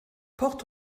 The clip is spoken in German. port